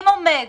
אם עומד